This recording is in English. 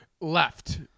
left